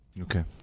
Okay